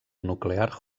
nuclear